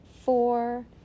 four